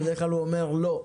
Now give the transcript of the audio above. בדרך כלל הוא אומר "לא".